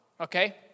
okay